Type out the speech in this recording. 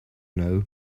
know